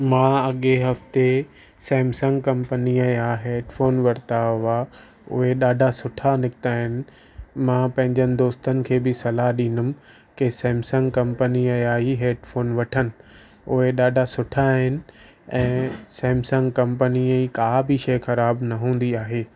मां अॻे हफ़्ते सैमसंग कंपनी जा हेडफ़ोन वरिता हुआ उहे ॾाढा सुठा निकिता आहिनि मां पंहिंजनि दोस्तनि खे बि सलाह ॾींदुमि की सैमसंग कंपनी जा ई हेडफ़ोन वठनि उहे ॾाढा सुठा आहिनि ऐं सैमसंग कंपनी का बि शइ ख़राबु न हूंदी आहे